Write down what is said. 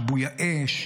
מכיבוי האש,